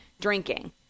drinking